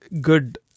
good